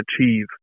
achieve